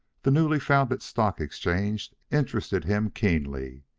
the newly founded stock-exchange interested him keenly.